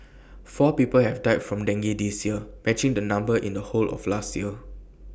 four people have died from dengue this year matching the number in the whole of last year